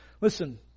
Listen